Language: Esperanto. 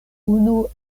unu